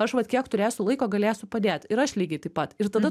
aš vat kiek turėsiu laiko galėsiu padėt ir aš lygiai taip pat ir tada